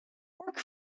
work